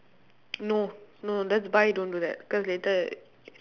no no just bye don't do that cause later